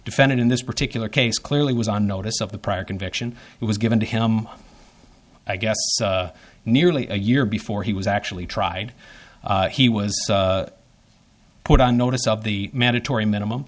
defendant in this particular case clearly was on notice of the prior conviction it was given to him i guess nearly a year before he was actually tried he was put on notice of the mandatory minimum